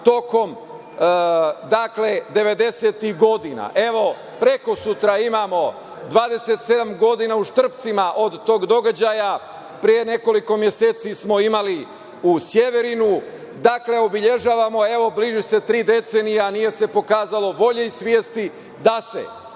godina, prekosutra imamo 27 godina u Štrpcima od tog događaja. Pre nekoliko meseci smo imali u Severinu, dakle obeležavamo, bliži se tri decenije, a nije se pokazalo volje i svesti da se